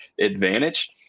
advantage